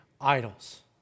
idols